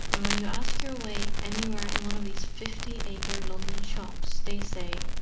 and when you ask your way anywhere in one of these fifty-acre london shops they say,